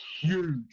huge